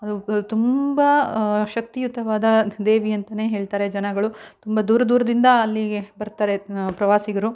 ಅದು ತುಂಬ ಶಕ್ತಿಯುತವಾದ ದೇವಿ ಅಂತಲೇ ಹೇಳ್ತಾರೆ ಜನಗಳು ತುಂಬ ದೂರ ದೂರದಿಂದ ಅಲ್ಲಿಗೆ ಬರ್ತಾರೆ ಪ್ರವಾಸಿಗರು